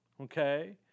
okay